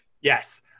Yes